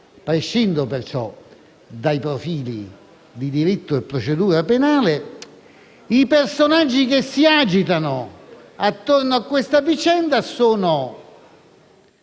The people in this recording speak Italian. prescindo perciò dai profili di diritto e di procedura penale. Tra i personaggi che si agitano attorno a questa vicenda vi